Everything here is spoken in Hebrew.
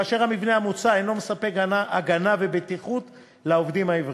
כאשר המבנה המוצע אינו מספק הגנה ובטיחות לעובדים העיוורים.